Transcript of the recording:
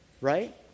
right